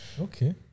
Okay